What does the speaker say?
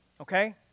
okay